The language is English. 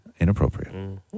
Inappropriate